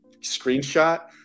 screenshot